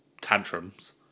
tantrums